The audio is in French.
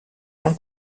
longs